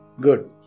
Good